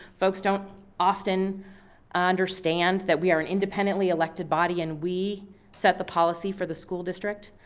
folks don't often understand that we are an independently elected body, and we set the policy for the school district.